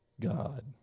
God